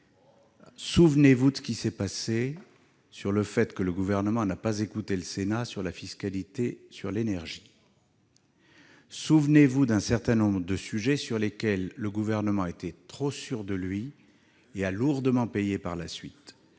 souvenez-vous de ce qu'il s'est passé lorsque le Gouvernement n'a pas écouté le Sénat sur la fiscalité de l'énergie. Souvenez-vous d'un certain nombre de sujets sur lesquels le Gouvernement, trop sûr de lui, a lourdement payé cette